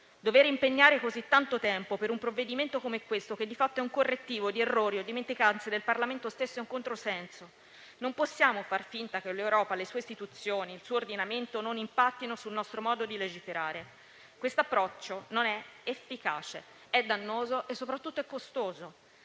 Dover impegnare così tanto tempo per un provvedimento come questo, che di fatto è un correttivo di errori o dimenticanze del Parlamento stesso, è un controsenso. Non possiamo far finta che l'Europa, le sue istituzioni e il suo ordinamento non impattino sul nostro modo di legiferare. Questo approccio non è efficace: è dannoso e soprattutto è costoso.